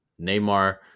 Neymar